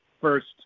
first